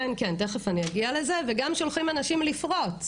כן, וגם שולחים אנשים לפרוץ